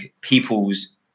people's